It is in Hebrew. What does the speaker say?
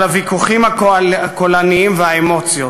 על הוויכוחים הקולניים והאמוציות.